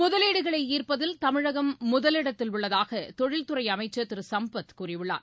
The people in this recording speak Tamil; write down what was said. முதலீடுகளைசர்ப்பதில் தமிழகம் முதலிடத்தில் உள்ளதாகதொழில் துறைஅமைச்சர் திருசம்பத் கூறியுள்ளார்